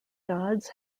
dodds